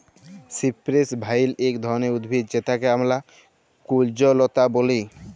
cypress vine ইক ধরলের উদ্ভিদ যেটকে আমরা কুল্জলতা ব্যলে